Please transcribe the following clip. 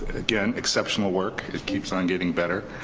again, exceptional work. it keeps on getting better.